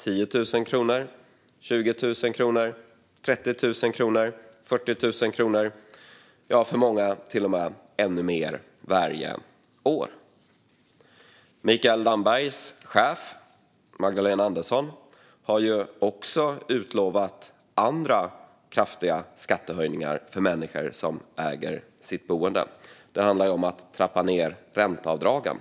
10 000 kronor, 20 000 kronor, 30 000 kronor eller 40 000? För många skulle det till och med bli mer. Mikael Dambergs chef Magdalena Andersson har också utlovat andra kraftiga skattehöjningar för människor som äger sitt boende. Det handlar om att trappa ned ränteavdragen.